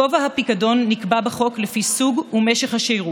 גובה הפיקדון נקבע בחוק לפי סוג ומשך השירות.